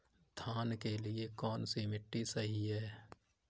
धान के लिए कौन सी मिट्टी सही है?